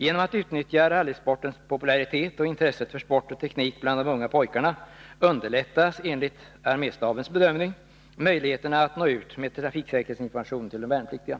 Genom att utnyttja rallysportens popularitet och intresset för sport och teknik bland de unga pojkarna underlättas, enligt arméstabens bedömning, möjligheterna att nå ut med trafiksäkerhetsinformation till de värnpliktiga.